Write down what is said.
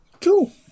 Cool